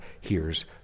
hears